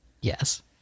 Yes